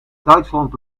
duitsland